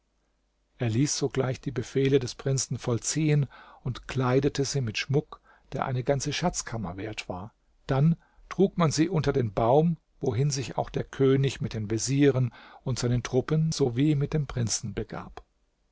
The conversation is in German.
er ließ sogleich die befehle des prinzen vollziehen und kleidete sie mit schmuck der eine ganze schatzkammer wert war dann trug man sie unter den baum wohin sich auch der könig mit den vezieren und seinen truppen sowie mit dem prinzen begab